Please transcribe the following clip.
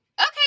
Okay